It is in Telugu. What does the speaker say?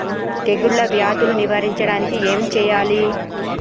తెగుళ్ళ వ్యాధులు నివారించడానికి ఏం చేయాలి?